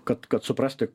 kad kad suprasti